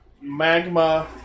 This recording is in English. Magma